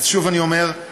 אז שוב אני אומר,